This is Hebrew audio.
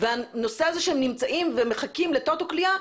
והנושא הזה שהם נמצאים ומחכים ל"טוטו כליאה",